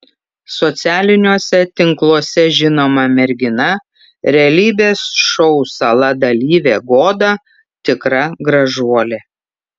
socialiniuose tinkluose žinoma mergina realybės šou sala dalyvė goda tikra gražuolė